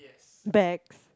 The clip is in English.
bags